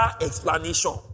explanation